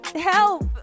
help